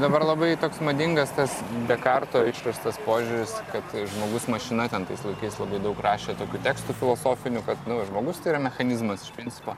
dabar labai toks madingas tas dekarto išverstas požiūris kad žmogus mašina ten tais laikais labai daug rašė tokių tekstų filosofinių kad nu žmogus tai yra mechanizmas iš principo